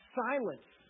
silence